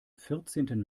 vierzehnten